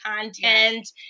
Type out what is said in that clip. content